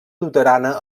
luterana